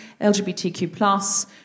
LGBTQ+